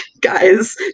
guys